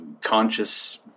conscious